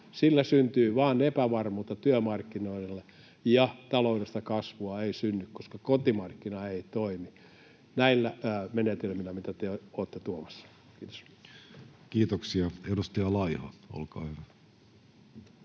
Sillä syntyy vain epävarmuutta työmarkkinoille, ja taloudellista kasvua ei synny, koska kotimarkkina ei toimi näillä menetelmillä, mitä te olette tuomassa. [Speech 391] Speaker: Jussi Halla-aho